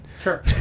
Sure